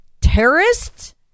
terrorists